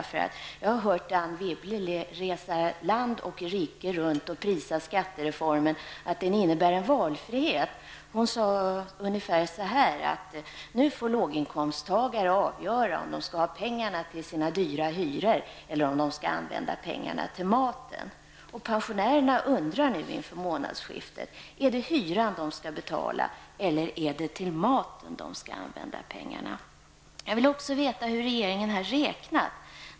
Anne Wibble har nämligen rest land och rike runt och jag har hört henne prisa skattereformen för att den innebär en valfrihet. Hon sade ungefär så här: Nu får låginkomsttagare avgöra om de skall använda pengarna till sina dyra hyror eller om de skall använda dem till mat. Pensionärerna undrar nu inför månadsskiftet om de skall betala hyran eller om de skall använda pengarna till mat. Jag skulle också vilja veta hur regeringen har räknat.